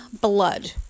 blood